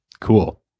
Cool